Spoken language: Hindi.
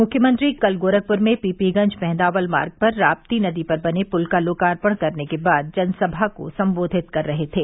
मुख्यमंत्री कल गोरखपुर में पीपीगंज मेंहदावल मार्ग पर राप्ती नदी पर बने पुल का लोकार्पण करने के बाद जनसभा को संबोधित कर रहे थे